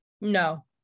No